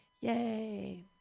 Yay